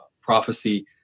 prophecy